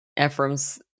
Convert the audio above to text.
Ephraim's